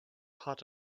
hot